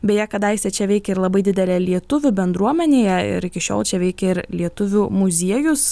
beje kadaise čia veikė ir labai didelė lietuvių bendruomenėje ir iki šiol čia veikia ir lietuvių muziejus